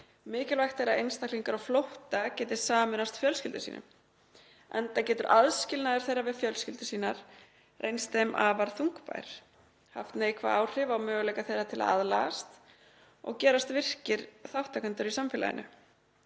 „Mikilvægt er að einstaklingar á flótta geti sameinast fjölskyldum sínum, enda getur aðskilnaður þeirra við fjölskyldur sínar reynst þeim afar þungbær, haft neikvæð áhrif á möguleika þeirra til að aðlagast og gerast virkir þátttakendur í samfélaginu.“